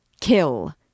Kill